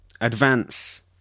Advance